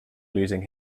losing